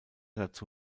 dazu